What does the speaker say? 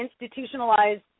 institutionalized